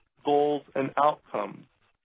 goals, and outcomes